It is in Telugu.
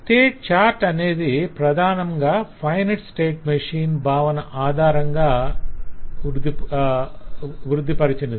స్టేట్ చార్ట్ అనేది ప్రధానంగా finite state machine Finite State Machine FSM భావన ఆధారంగా వృద్ధి పరచినది